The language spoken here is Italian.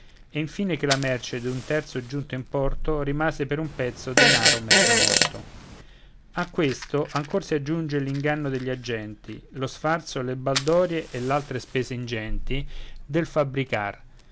e infine che la merce d'un terzo giunto in porto rimase per un pezzo denaro mezzo morto a questo ancor si aggiunse l'inganno degli agenti lo sfarzo le baldorie e l'altre spese ingenti del fabbricar